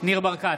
ניר ברקת,